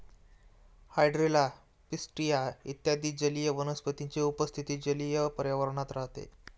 hydrilla, Pistia इत्यादी जलीय वनस्पतींची उपस्थिती जलीय पर्यावरणात राहते